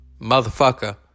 motherfucker